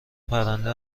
پرنده